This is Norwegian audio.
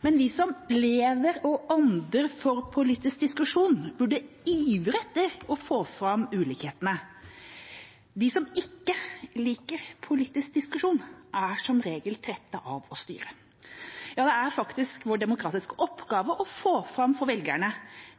Men vi som lever og ånder for politisk diskusjon, burde ivret etter å få fram ulikhetene. De som ikke liker politisk diskusjon, er som regel trette av å styre. Ja, det er faktisk vår demokratiske oppgave å få fram for velgerne